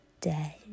dead